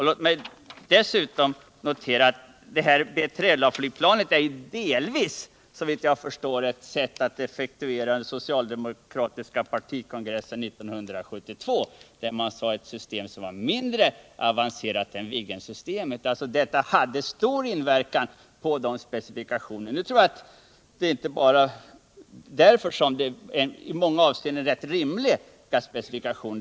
Låt mig dessutom notera att B3LA delvis är en effektuering av ett beslut av den socialdemokratiska partikongressen 1972, som ville ha ett system som var mindre avancerat än Viggensystemet. Detta hade stor inverkan på de specifikationer som lämnades. Det är inte bara därför som specifikationerna i många avseenden ter sig intressanta och rimliga.